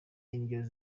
indyo